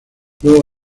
luego